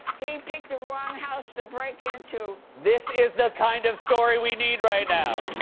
he picked the wrong house to break into. this is the kind of story we need right now.